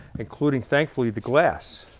including, thankfully, the glass.